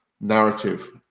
narrative